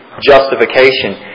justification